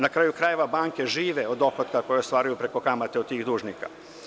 Na kraju krajeva, banke žive od doplata koje ostvaruju prema kamate i dužnika.